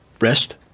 rest